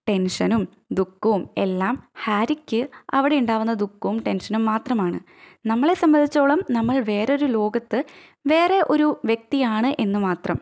ടെന്ഷനും ദുഃഖവും എല്ലാം ഹാരിക്ക് അവിടെയുണ്ടാകുന്ന ദുഃഖവും ടെന്ഷനും മാത്രമാണ് നമ്മളെ സംബന്ധിച്ചോളം നമ്മള് വേറൊരു ലോകത്ത് വേറെ ഒരു വ്യക്തിയാണ് എന്നു മാത്രം